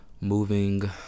moving